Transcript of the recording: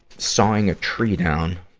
sawing a tree down,